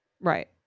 Right